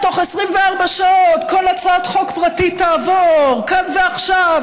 תוך 24 שעות כל הצעת חוק פרטית תעבור כאן ועכשיו,